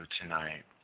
tonight